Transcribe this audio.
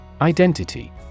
Identity